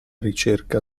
ricerca